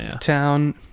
town